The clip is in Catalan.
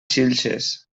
xilxes